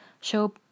show